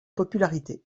popularité